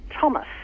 Thomas